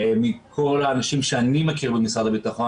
מכל האנשים שאני מכיר במשרד הביטחון,